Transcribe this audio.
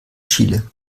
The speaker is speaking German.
chile